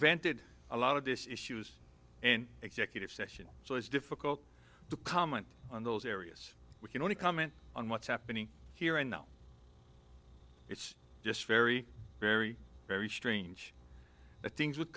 vented a lot of this issues in executive session so it's difficult to comment on those areas we can only comment on what's happening here and now it's just very very very strange that things would